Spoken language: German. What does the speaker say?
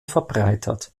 verbreitert